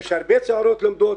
יש הרבה צעירות שלומדות,